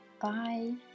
Bye